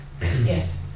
Yes